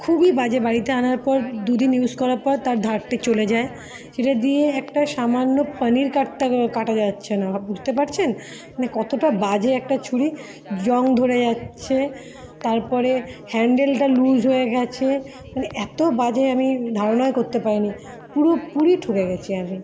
খুবই বাজে বাড়িতে আনার পর দুদিন ইউজ করার পর তার ধারটি চলে যায় সেটা দিয়ে একটা সামান্য পনির কাটতে কাটা যাচ্ছে না বুঝতে পারছেন মানে কতটা বাজে একটা ছুরি জং ধরে যাচ্ছে তার পরে হ্যান্ডেলটা লুজ হয়ে গিয়েছে মানে এত বাজে আমি ধারণাই করতে পারিনি পুরোপুরি ঠকে গিয়েছি আমি